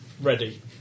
ready